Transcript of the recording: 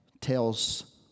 tells